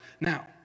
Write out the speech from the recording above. now